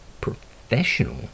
professional